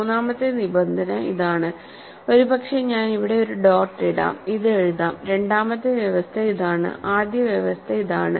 മൂന്നാമത്തെ നിബന്ധന ഇതാണ് ഒരുപക്ഷേ ഞാൻ ഇവിടെ ഒരു ഡോട്ട് ഇടാം ഇത് എഴുതാം രണ്ടാമത്തെ വ്യവസ്ഥ ഇതാണ് ആദ്യ വ്യവസ്ഥ ഇതാണ്